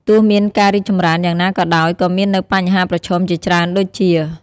ទោះមានការរីកចម្រើនយ៉ាងណាក៏ដោយក៏មាននៅបញ្ហាប្រឈមជាច្រើន ដូចជា ។